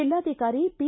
ಜಿಲ್ಲಾಧಿಕಾರಿ ಪಿ